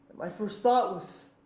my first thought was,